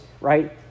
right